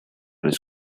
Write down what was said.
his